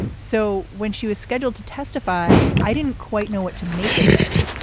so when she was scheduled to testify i didn't quite know what to make of it.